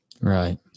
Right